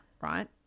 right